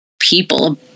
people